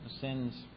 sins